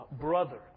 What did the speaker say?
brother